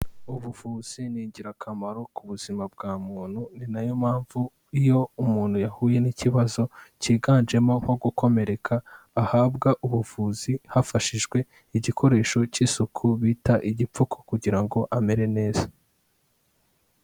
Ubuvuzi ni ingirakamaro ku buzima bwa muntu ni nayo mpamvu, iyo umuntu yahuye n'ikibazo cyiganjemo nko gukomereka, ahabwa ubuvuzi hafashijwe igikoresho cy'isuku bita igipfuko kugira ngo amere neza.